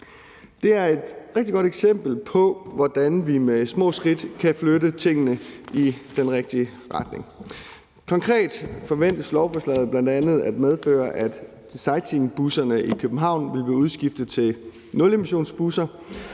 Det er et rigtig godt eksempel på, hvordan vi med små skridt kan flytte tingene i den rigtige retning. Konkret forventes lovforslaget bl.a. at medføre, at sightseeingbusserne i København vil blive udskiftet til nulemissionsbusser.